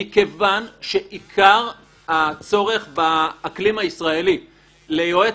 מכיוון שעיקר הצורך באקלים הישראלי ליועץ